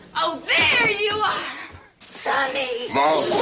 oh, there you are! sonny.